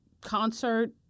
concert